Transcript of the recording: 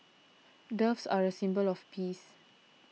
doves are a symbol of peace